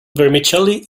vermicelli